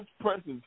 presence